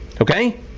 Okay